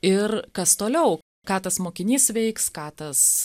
ir kas toliau ką tas mokinys veiks ką tas